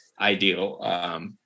ideal